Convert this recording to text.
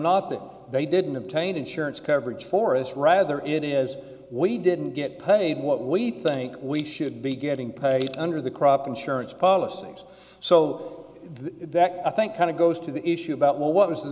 that they didn't obtain insurance coverage for us rather it is we didn't get paid what we think we should be getting paid under the crop insurance policies so that i think kind of goes to the issue about well what was the